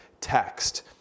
text